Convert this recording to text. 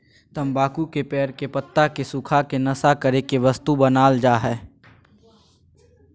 तम्बाकू के पेड़ के पत्ता के सुखा के नशा करे के वस्तु बनाल जा हइ